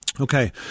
Okay